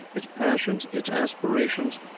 its passions, its aspirations,